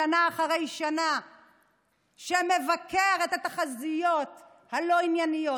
ששנה אחרי שנה מבקר את התחזיות הלא-ענייניות,